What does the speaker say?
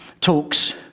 talks